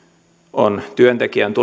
on työntekijän tulevaisuudessa